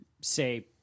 say